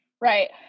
Right